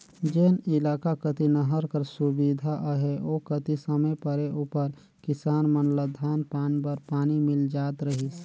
जेन इलाका कती नहर कर सुबिधा अहे ओ कती समे परे उपर किसान मन ल धान पान बर पानी मिल जात रहिस